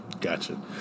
Gotcha